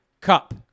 Cup